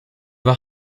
have